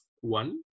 One